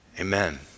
Amen